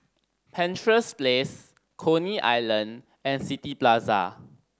Penshurst Place Coney Island and City Plaza